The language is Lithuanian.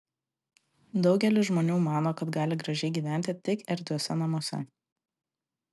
daugelis žmonių mano kad gali gražiai gyventi tik erdviuose namuose